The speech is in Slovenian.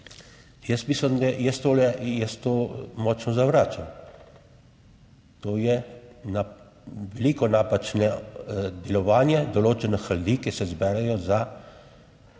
Jaz mislim, da jaz to, jaz to močno zavračam, to je na veliko napačno delovanje določenih ljudi, ki se zberejo za